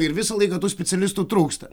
ir visą laiką tų specialistų trūksta